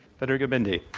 federiga bindi.